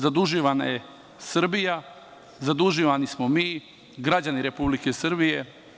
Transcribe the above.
Zaduživana je Srbija, zaduživani smo mi, građani Republike Srbije.